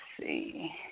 see